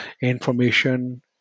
information